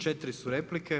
4 su replike.